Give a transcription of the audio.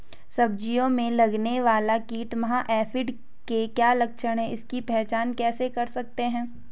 सब्जियों में लगने वाला कीट माह एफिड के क्या लक्षण हैं इसकी पहचान कैसे कर सकते हैं?